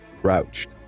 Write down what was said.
Crouched